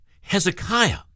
Hezekiah